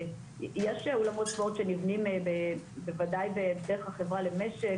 יש אולמות ספורט שנבנים בוודאי דרך החברה למשק,